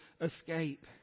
escape